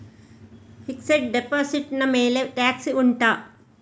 fixed deposit ನ ಮೇಲೆ tax ಉಂಟಾ